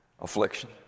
Affliction